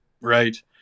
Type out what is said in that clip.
Right